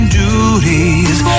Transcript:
duties